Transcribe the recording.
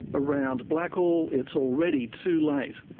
around blackall it's already too late.